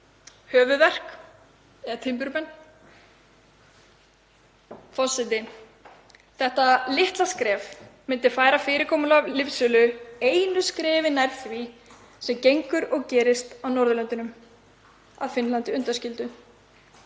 höfuðverk eða timburmenn. Forseti. Þetta litla skref myndi færa fyrirkomulag lyfsölu einu skrefi nær því sem gengur og gerist á Norðurlöndunum, að Finnlandi undanskildu.